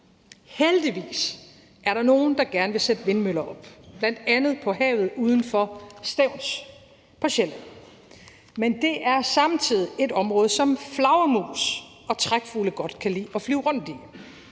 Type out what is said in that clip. Heldigvis er der nogle, der gerne vil sætte vindmøller op, bl.a. på havet uden for Stevns på Sjælland. Men det er samtidig et område, som flagermus og trækfugle godt kan lide at flyve rundt i,